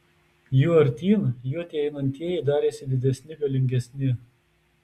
juo artyn juo tie einantieji darėsi didesni galingesni